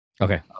Okay